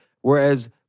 Whereas